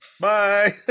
Bye